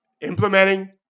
implementing